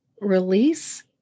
release